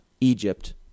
Egypt